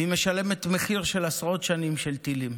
והיא משלמת מחיר של עשרות שנים של טילים.